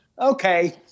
Okay